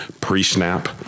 pre-snap